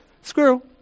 Squirrel